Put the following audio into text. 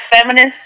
feminist